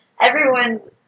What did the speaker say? everyone's